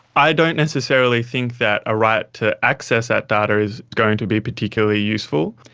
i don't necessarily think that a right to access that data is going to be particularly useful.